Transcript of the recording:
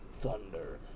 Thunder